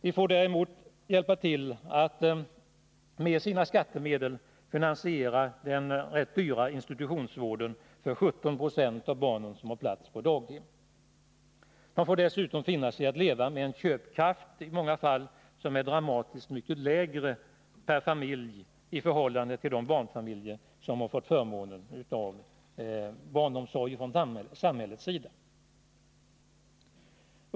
De får däremot hjälpa till att med sina skattemedel finansiera den rätt dyra institutionsvården för de 17 96 av barnen som har plats på daghem. De får dessutom finna sig i att leva med en köpkraft som i många fall är väsentligt mycket lägre per familj än den är för de barnfamiljer som har förmånen att få barnomsorg av samhället.